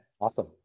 Awesome